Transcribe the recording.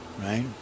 right